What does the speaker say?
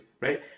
right